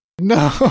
No